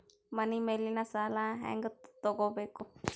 ಮನಿ ಮೇಲಿನ ಸಾಲ ಹ್ಯಾಂಗ್ ತಗೋಬೇಕು?